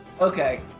Okay